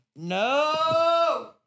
No